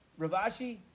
Ravashi